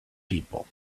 people